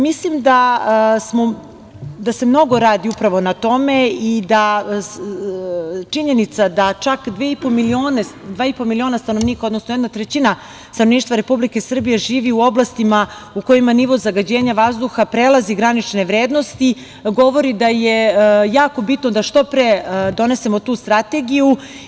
Mislim da se mnogo radi i činjenica da čak dva i po miliona stanovnika, odnosno jedna trećina stanovništva Republike Srbije živi u oblastima u kojima nivo zagađenja vazduha prelazi granične vrednosti, govori da je jako bitno da što pre donesemo tu strategiju.